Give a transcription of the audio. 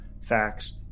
facts